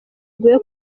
iguhe